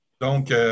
Donc